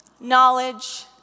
knowledge